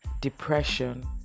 Depression